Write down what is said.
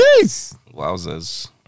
Wowzers